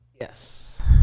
yes